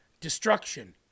destruction